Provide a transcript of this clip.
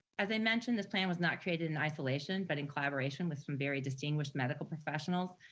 as i mentioned, this plan was not created in isolation, but in collaboration with some very distinguished medical professionals.